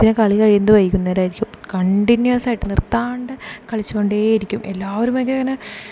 പിന്നെ കളി കഴിയുന്നത് വൈകുന്നേരം ആയിരിക്കും കണ്ടിന്യൂസ് ആയിട്ട് നിർത്താണ്ട് കളിച്ചുകൊണ്ടേയിരിക്കും എല്ലാവരും ഭയങ്കര ഇങ്ങനെ